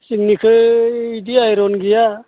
जोंनिखोइ बिदि आइरन गैया